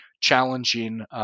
challenging